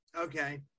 Okay